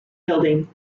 building